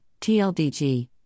TLDG